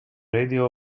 radio